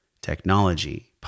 technology